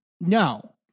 no